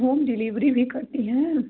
home delivery भी करती हैं